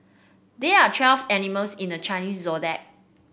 there are twelve animals in the Chinese Zodiac